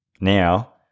now